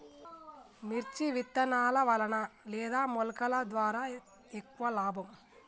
మిర్చి విత్తనాల వలన లేదా మొలకల ద్వారా ఎక్కువ లాభం?